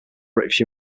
british